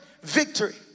victory